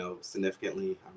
significantly